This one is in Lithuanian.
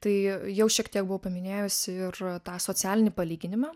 tai jau šiek tiek buvau paminėjusi ir tą socialinį palyginimą